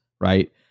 right